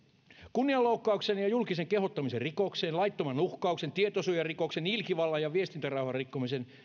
kunnianloukkauksen ja julkisen kehottamisen rikokseen laittoman uhkauksen tietosuojarikoksen ilkivallan ja viestintärauhan rikkomisen